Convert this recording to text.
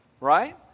right